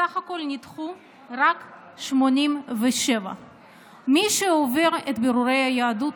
בסך הכול נדחו רק 87. מי שעובר את בירורי היהדות